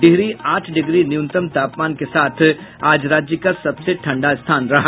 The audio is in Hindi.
डिहरी आठ डिग्री न्यूनतम तापमान के साथ आज राज्य का सबसे ठंडा स्थान रहा